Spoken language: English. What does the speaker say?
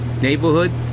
Neighborhoods